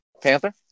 Panther